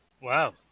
Wow